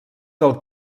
del